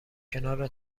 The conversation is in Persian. کنار